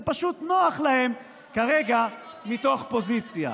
זה פשוט נוח להם כרגע מתוך פוזיציה.